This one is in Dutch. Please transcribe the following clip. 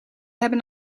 hebben